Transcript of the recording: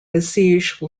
besiege